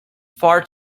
far